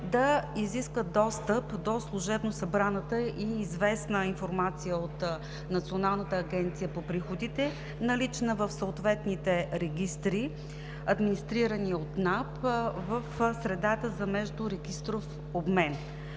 да изисква достъп до служебно събраната и известна информация от Националната агенция за приходите, налична в съответните регистри, администрирани от НАП в средата за междурегистров обмен.